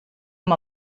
amb